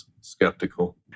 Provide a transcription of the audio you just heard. skeptical